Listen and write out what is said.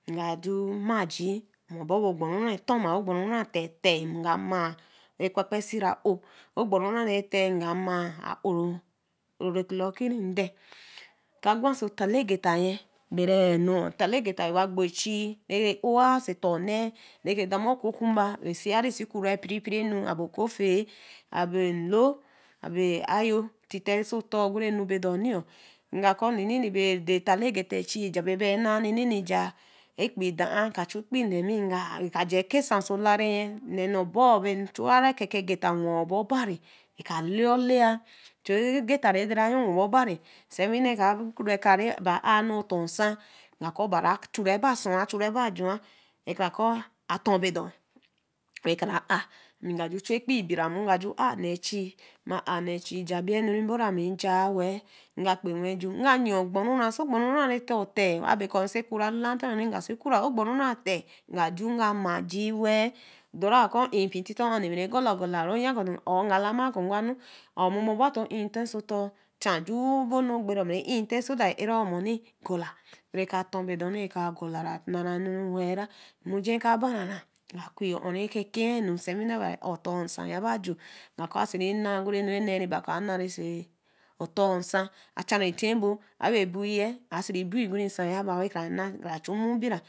Nga ju ma gi ama-bor be ogborura ɛtorma sa ogborura tu-teye nga nma we kpakpa sira ow si ogbonina retei nga ma a a-oh, a-oh re clocki re den aka gwa so tali agita-ye bre ɛnu rewa gboo ɛchi reke o-aw so ɛfa onna reke dema okukumba sii re se kruu ɛpiripirienu abe okofii abe nlo abe ayo teti so ofor bo dorhy we ka kɔ nne be tali gita ɛchi, cji-jaa be naa nnene-ja sa ɛkpii do-aa ka chu ɛkpii nemi we ka aa nga-ja kasa oso olari-yi nne-ne obor be chua agita we obor bari reka olai-olai chu agita redre-yo we bor bari, sa winee ka kruu-ɛka reba ae nee otor nsa we kra aa. Ami nga ju chu ɛkpii bɛramuwe aa nee ɛchi jabie enu nboru ami ɛja wel we ka kpewel ju we ga yii ogbo-runaa sa ogboruna re otor teyi nga ju we ga ma ji wel odora aju we ka kɔ kpii-tite ma-ri gola mpii ogola oya, or ga lama kɔ a a-oh mumu rebaba to intiteh so otor ja mpii nju ɛbo onu ɛgberi ma re intiteh so that re ae-ra mua egola we ka tor omuni we ka gola nara enu we-ela nmujii ɛka baam aga gwii oh re ke keenu sawiine naberi a-otor nsa yaba we-juu we aa kɔɔ a si-ri si na oguri ɛnu re nee ba kɔ anaah so otor nsa a-ja-ri te-ebo sa be ɛbuuyi asi buu guru nsa yaba we kara chu-nmu biraa.